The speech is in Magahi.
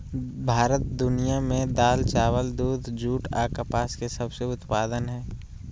भारत दुनिया में दाल, चावल, दूध, जूट आ कपास के सबसे उत्पादन हइ